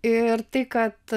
ir tai kad